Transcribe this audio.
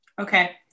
Okay